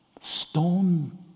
Stone